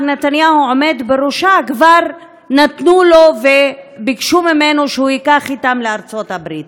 נתניהו עומד בראשה כבר נתנו לו וביקשו ממנו שהוא ייקח אתם לארצות-הברית: